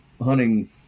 hunting